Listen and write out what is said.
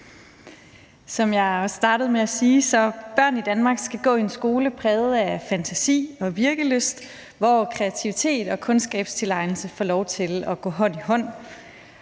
Som jeg også startede med at sige, skal børn i Danmark gå i en skole præget af fantasi og virkelyst, og hvor kreativitet og kundskabstilegnelse får lov til at gå hånd i hånd.